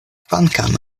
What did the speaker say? kvankam